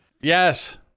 Yes